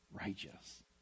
righteous